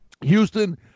Houston